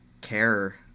care